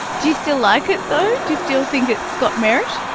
do you still like it though? do you still think it's got merit?